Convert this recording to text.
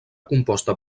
composta